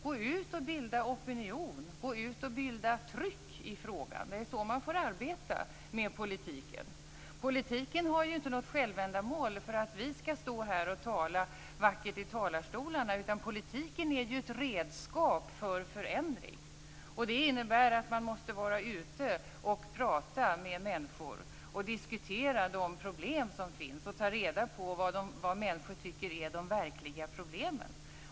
Gå ut och bilda opinion! Gå ut och bilda tryck i frågan! Det är så man får arbeta med politiken. Politiken har inte något självändamål, att vi skall stå här i talarstolen och tala vackert. Politiken är ett redskap för förändring. Man måste vara ute och prata med människor, diskutera de problem som finns och ta reda på vad människor tycker är de verkliga problemen.